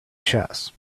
chess